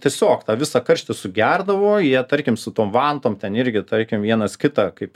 tiesiog tą visą karštį sugerdavo jie tarkim su tom vantom ten irgi tarkim vienas kitą kaip